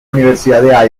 universidad